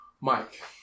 Mike